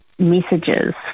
Messages